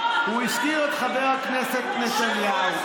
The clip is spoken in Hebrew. הוא הזכיר את חבר הכנסת נתניהו.